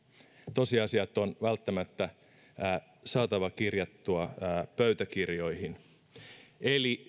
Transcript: tosiasiat on välttämättä saatava kirjattua pöytäkirjoihin eli